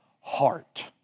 heart